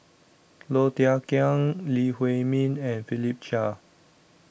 Low Thia Khiang Lee Huei Min and Philip Chia